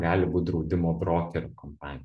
gali būt draudimo brokerių kompanija